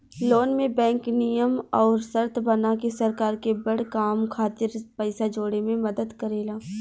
loan में bank नियम अउर शर्त बना के सरकार के बड़ काम खातिर पइसा जोड़े में मदद करेला